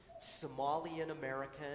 Somalian-American